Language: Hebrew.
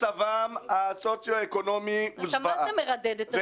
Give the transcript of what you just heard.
מצבם הסוציו-אקונומי הוא זוועה --- אתה מה זה מרדד את השיח.